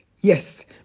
Yes